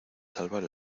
salvar